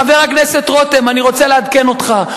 חבר הכנסת רותם, אני רוצה לעדכן אותך.